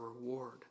reward